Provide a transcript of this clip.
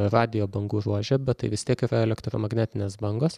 radijo bangų ruože bet tai vis tiek yra elektromagnetinės bangos